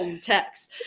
text